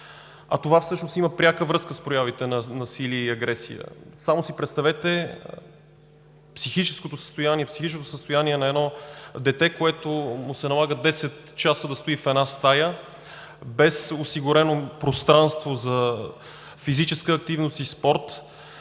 а това всъщност има пряка връзка с проявите на насилие и агресия. Само си представете психическото състояние на едно дете, на което се налага да стои десет часа в една стая, без осигурено пространство за физическа активност и спорт,